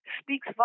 speaks